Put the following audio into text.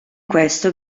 questo